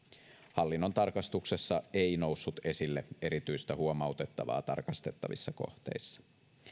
hallinnon tarkastuksessa ei noussut esille erityistä huomautettavaa tarkastettavissa kohteissa